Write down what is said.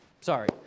Sorry